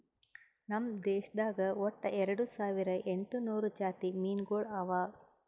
ನಮ್ ದೇಶದಾಗ್ ಒಟ್ಟ ಎರಡು ಸಾವಿರ ಎಂಟು ನೂರು ಜಾತಿ ಮೀನುಗೊಳ್ ಅವಾ